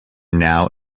now